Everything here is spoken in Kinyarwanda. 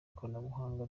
ikoranabuhanga